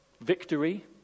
victory